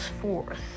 fourth